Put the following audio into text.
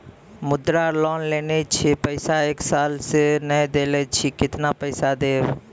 मुद्रा लोन लेने छी पैसा एक साल से ने देने छी केतना पैसा देब?